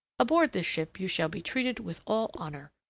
aboard this ship you shall be treated with all honour.